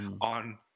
on